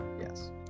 yes